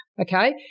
Okay